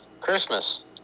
christmas